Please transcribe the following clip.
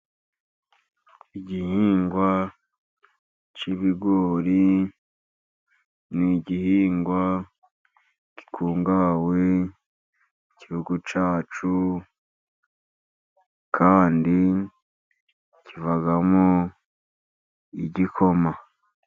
Igihingwa k'ibigori ni igihingwa gikungahawe mu Gihugu cyacu, kandi kivamo igikoma.